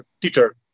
teacher